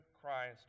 Christ